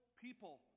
people